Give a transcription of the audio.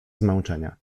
zmęczenia